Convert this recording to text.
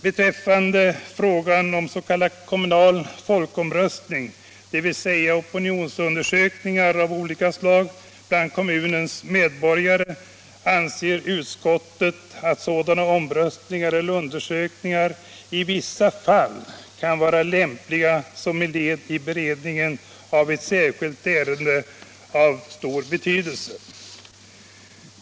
Beträffande frågan om s.k. kommunal folkomröstning, dvs. opinionsundersökningar av olika slag bland kommunens medborgare, anser utskottet att sådana omröstningar eller undersökningar i vissa fall kan vara lämpliga som ett led i beredningen av ett särskilt ärende av stor betydelse.